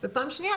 ופעם שנייה,